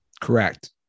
Correct